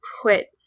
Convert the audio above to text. quit